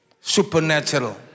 Supernatural